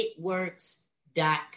itworks.com